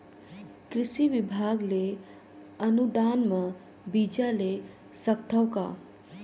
कृषि विभाग ले अनुदान म बीजा ले सकथव का?